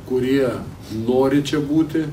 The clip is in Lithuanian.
kurie nori čia būti